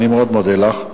אני מאוד מודה לך.